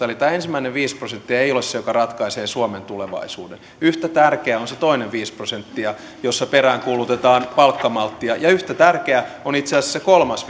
eli tämä ensimmäinen viisi prosenttia ei ole se joka ratkaisee suomen tulevaisuuden yhtä tärkeä on se toinen viisi prosenttia jossa peräänkuulutetaan palkkamalttia ja yhtä tärkeä on itse asiassa se kolmas